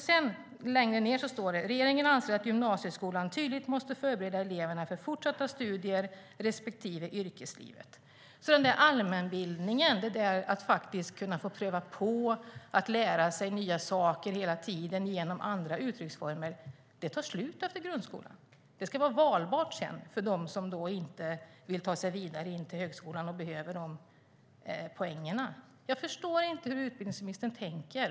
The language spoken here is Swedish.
Senare i svaret säger han nämligen: Regeringen anser att gymnasieskolan tydligt måste förbereda eleverna för fortsatta studier respektive yrkeslivet. Den där allmänbildningen, det där att få prova på och att lära sig nya saker hela tiden genom andra uttrycksformer, tar alltså slut efter grundskolan. Det ska sedan vara valbart för dem som då inte vill ta sig vidare till högskolan och behöver de poängen. Jag förstår inte hur utbildningsministern tänker.